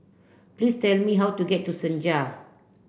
please tell me how to get to Senja